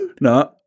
No